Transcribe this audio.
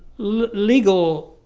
legal